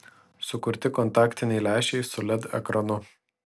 sukurti kontaktiniai lęšiai su led ekranu